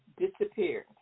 disappeared